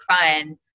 fun